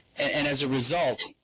and as a result,